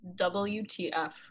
WTF